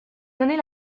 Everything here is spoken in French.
donnait